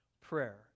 Prayer